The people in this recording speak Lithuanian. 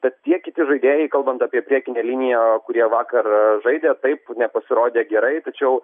tad tie kiti žaidėjai kalbant apie priekinę liniją kurie vakarą žaidė taip nepasirodė gerai tačiau